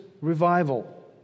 revival